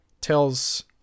tells